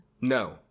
No